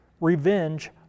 revenge